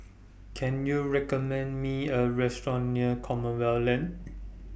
Can YOU recommend Me A Restaurant near Commonwealth Lane